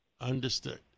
Understood